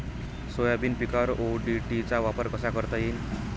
Soybean पिकावर ODT चा वापर करता येईन का?